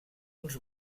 uns